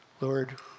Lord